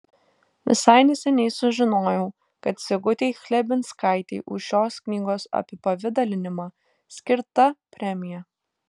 visai neseniai sužinojau kad sigutei chlebinskaitei už šios knygos apipavidalinimą skirta premija